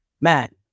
Matt